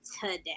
today